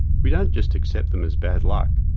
we don't just accept them as bad luck,